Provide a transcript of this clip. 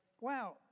wow